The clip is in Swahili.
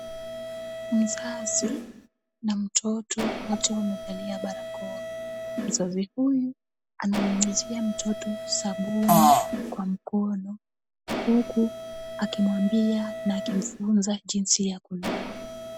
Mzazi na mtoto, wote wamevalia barakoa. Mzazi huyu ananyunyizia m,toto sabuni kwa mkono huku akimwambia na kumfunza jinsi ya kunawa.